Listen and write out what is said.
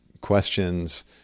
questions